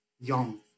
young